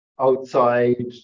outside